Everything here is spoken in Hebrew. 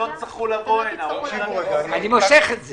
מושך את זה.